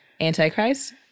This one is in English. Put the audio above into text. Antichrist